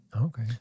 Okay